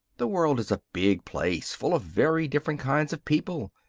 the world is a big place, full of very different kinds of people.